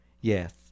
Yes